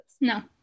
No